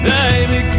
Baby